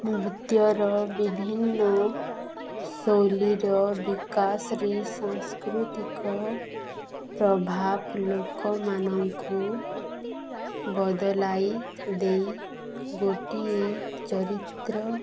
ନୃତ୍ୟର ବିଭିନ୍ନ ଶୈଳୀର ବିକାଶରେ ସାଂସ୍କୃତିକ ପ୍ରଭାବ ଲୋକମାନଙ୍କୁ ବଦଳାଇ ଦେଇ ଗୋଟିଏ ଚରିତ୍ର